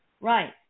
Right